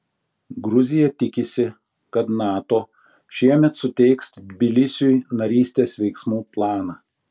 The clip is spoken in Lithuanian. gruzija tikisi kad nato šiemet suteiks tbilisiui narystės veiksmų planą